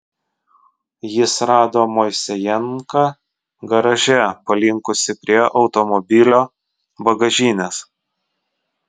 jis rado moisejenką garaže palinkusį prie automobilio bagažinės